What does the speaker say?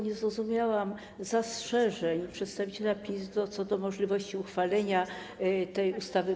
Nie zrozumiałam zastrzeżeń przedstawiciela PiS co do możliwości uchwalenia tej ustawy.